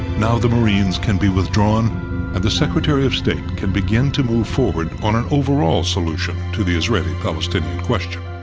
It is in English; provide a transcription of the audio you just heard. now the marines can be withdrawn and the secretary of state can begin to move forward on an overall solution to the israeli-palestinian question.